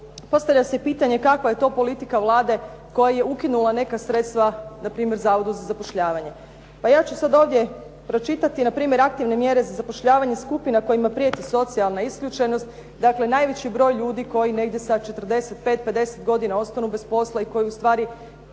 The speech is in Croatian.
postavlja se pitanje kakva je to politika Vlade koja je ukinula neka sredstva, npr. Zavodu za zapošljavanje? Pa ja ću ovdje sada pročitati npr. aktivne mjere za zapošljavanje skupina kojima prijeti socijalna isključenost, dakle najveći broj ljudi koji negdje sa 45, 50 godina ostanu bez posla i koji ustvari